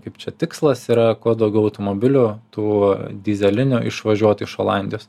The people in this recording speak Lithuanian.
kaip čia tikslas yra kuo daugiau automobilių tų dyzelinių išvažiuot iš olandijos